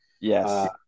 Yes